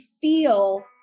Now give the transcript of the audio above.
feel